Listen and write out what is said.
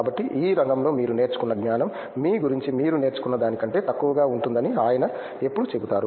కాబట్టి ఈ రంగంలో మీరు నేర్చుకునే జ్ఞానం మీ గురించి మీరు నేర్చుకున్నదానికంటే తక్కువగా ఉంటుందని ఆయన ఎప్పుడూ చెబుతారు